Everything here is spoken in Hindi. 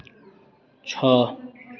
छः